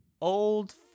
old